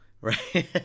right